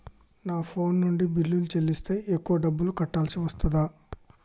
నా ఫోన్ నుండి బిల్లులు చెల్లిస్తే ఎక్కువ డబ్బులు కట్టాల్సి వస్తదా?